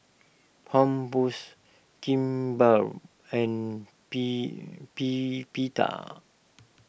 Kimbap and P P Pita